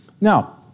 Now